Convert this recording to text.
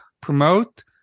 promote